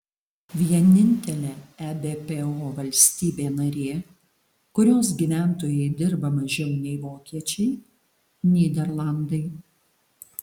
vienintelė ebpo valstybė narė kurios gyventojai dirba mažiau nei vokiečiai nyderlandai